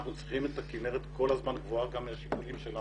אנחנו צריכים את הכינרת כל הזמן גבוהה גם מהשיקולים שלנו,